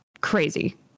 crazy